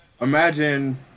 Imagine